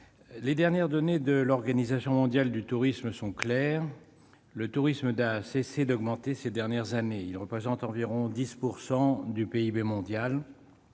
les dernières données de l'Organisation mondiale du tourisme sont claires : le tourisme n'a cessé d'augmenter ces dernières années. Il représente environ 10 % du PIB mondial.